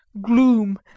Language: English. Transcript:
gloom